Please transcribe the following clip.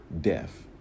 death